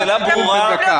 השאלה ברורה.